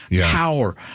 power